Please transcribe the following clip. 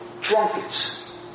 drunkards